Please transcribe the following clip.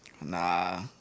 Nah